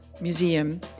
museum